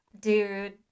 Dude